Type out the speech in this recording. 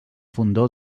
fondó